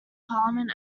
parliament